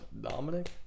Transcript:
Dominic